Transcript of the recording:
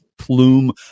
plume